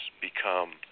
become